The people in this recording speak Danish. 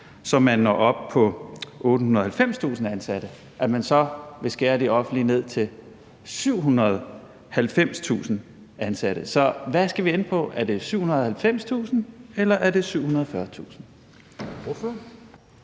så man når op på 890.000 ansatte, vil skære ned til 790.000 ansatte? Så hvad skal vi ende på? Er det 790.000, eller er det 740.000?